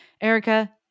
Erica